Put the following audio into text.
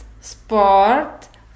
sport